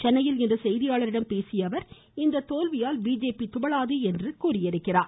சென்னையில் இன்று செய்தியாளர்களிடம் பேசிய அவர் இந்த தோல்வியால் பிஜேபி துவளாது என்றார்